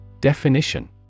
Definition